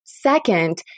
Second